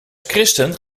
christen